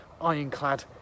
ironclad